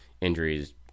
injuries